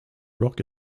rock